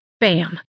Bam